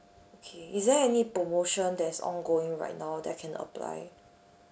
okay is there any promotion that's ongoing right now that I can apply